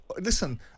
listen